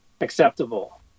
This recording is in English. acceptable